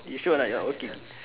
you sure or not not working